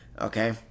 okay